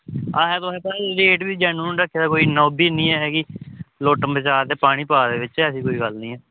असें तुसेंगी पता रेट बी जैनयुन रक्खे दा कोई इन्ना ओह् बी नेईं ऐ कि लुट्ट मचा ते पानी पा दे बिच्च ऐसी कोई गल्ल निं ऐ